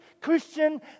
Christian